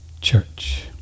church